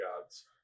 gods